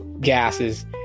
gases